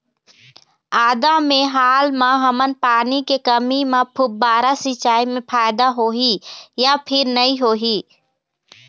आदा मे हाल मा हमन पानी के कमी म फुब्बारा सिचाई मे फायदा होही या फिर नई होही?